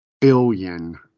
Billion